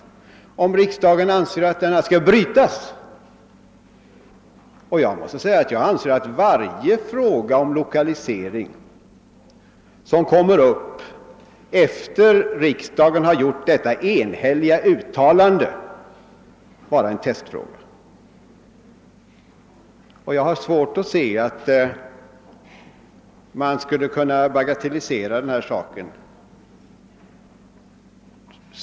Anser riksdagen att denna utveckling skall brytas? Jag anser att varje fråga om lokalisering som kommer upp efter detta enhälliga uttalande från riksdagen är en testfråga. Jag har svårt att inse hur detta spörsmål skulle kunna bagatelliseras.